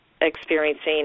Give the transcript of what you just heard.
experiencing